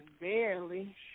barely